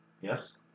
Yes